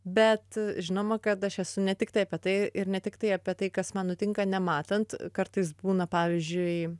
bet žinoma kad aš esu ne tiktai apie tai ir ne tiktai apie tai kas man nutinka nematant kartais būna pavyzdžiui